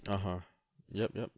(uh huh) yup yup